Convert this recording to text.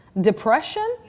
depression